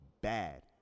bad